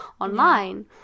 online